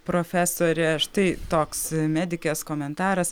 profesorė štai toks medikės komentaras